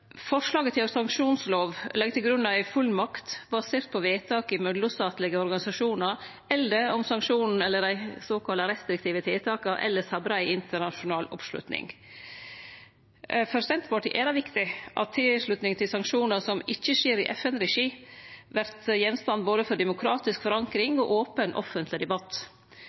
Forslaget til ei sanksjonslov legg til grunn ei fullmakt basert på vedtak i mellomstatlege organisasjonar eller om sanksjonen eller dei såkalla restriktive tiltaka elles har brei internasjonal oppslutning. For Senterpartiet er det viktig at tilslutning til sanksjonar som ikkje skjer i FN-regi, både har demokratisk forankring og møter open offentleg debatt.